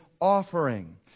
offering